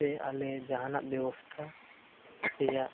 ᱥᱮ ᱟᱞᱮ ᱡᱟᱦᱟᱱᱟᱜ ᱵᱮᱵᱚᱥᱛᱷᱟ ᱨᱮᱭᱟᱜ